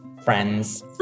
friends